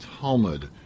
Talmud